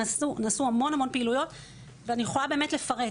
נעשו המון פעילויות ואני יכולה באמת לפרט.